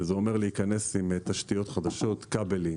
וזה אומר להיכנס עם תשתיות חדשות, כבלים.